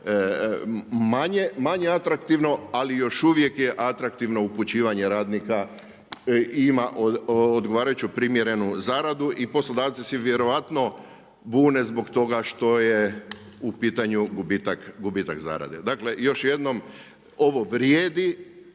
manje atraktivno, ali još uvijek je atraktivno upućivanje radnika i ima odgovarajuću primjerenu zaradu i poslodavci se vjerojatno bune zbog toga što je u pitanju gubitak zarade. Dakle još jednom, ovo vrijedi